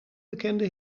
bekende